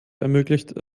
ermöglicht